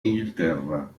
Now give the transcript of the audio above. inghilterra